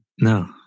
No